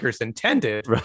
intended